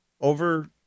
over